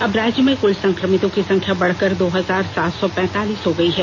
अब राज्य में कल संकमितों की संख्या बढकर दो हजार सात सौ पैतालीस हो गयी है